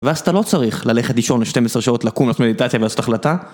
ואז אתה לא צריך ללכת לישון ל-12 שעות, לקום, לעשות מדיטציה ולעשות החלטה.